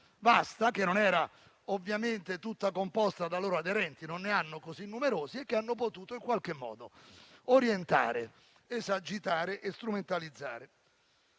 vasta, che non era ovviamente tutta composta da loro aderenti (non ne hanno così numerosi) e che hanno potuto in qualche modo orientare, esagitare e strumentalizzare.